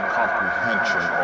comprehension